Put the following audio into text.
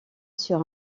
sur